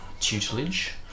tutelage